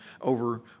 over